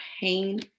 pain